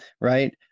right